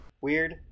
weird